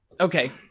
Okay